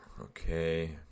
Okay